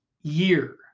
year